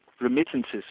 Remittances